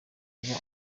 kuba